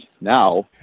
now